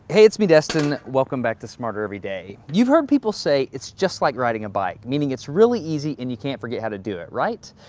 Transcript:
hey it's me destin. welcome back to smarter every day. you've heard people say, it's just like riding a bike meaning it's really easy and you can't forget how to do it, right?